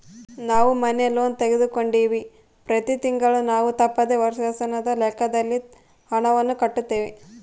ನಾವು ಮನೆ ಲೋನ್ ತೆಗೆದುಕೊಂಡಿವ್ವಿ, ಪ್ರತಿ ತಿಂಗಳು ನಾವು ತಪ್ಪದೆ ವರ್ಷಾಶನದ ಲೆಕ್ಕದಲ್ಲಿ ಹಣವನ್ನು ಕಟ್ಟುತ್ತೇವೆ